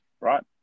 right